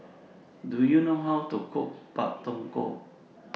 Do YOU know How to Cook Pak Thong Ko